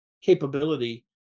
capability